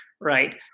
right